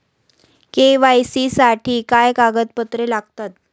KYC साठी काय कागदपत्रे लागतात?